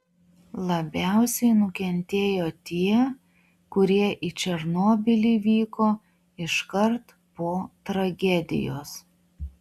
labiausiai nukentėjo tie kurie į černobylį vyko iškart po tragedijos